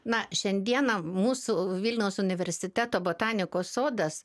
na šiandieną mūsų vilniaus universiteto botanikos sodas